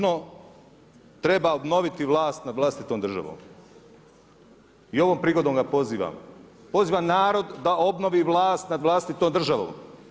Nužno treba obnoviti vlast nad vlastitom državom i ovom prigodom vas pozivam, pozivam narod da obnovi vlast nad vlastitom državom.